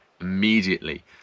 immediately